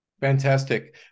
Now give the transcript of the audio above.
Fantastic